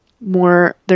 more